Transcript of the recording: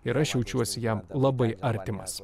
ir aš jaučiuos jam labai artimas